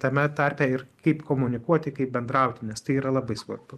tame tarpe ir kaip komunikuoti kaip bendrauti nes tai yra labai svarbu